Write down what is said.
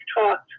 talked